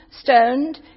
stoned